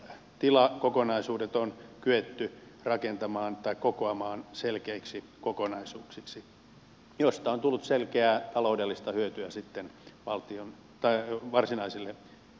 pirstaleiset tilakokonaisuudet on kyetty kokoamaan selkeiksi kokonaisuuksiksi joista on tullut selkeää taloudellista hyötyä varsinaisille tiloille